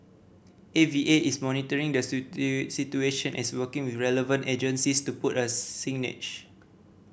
A V A is monitoring the situation as working with relevant agencies to put us signage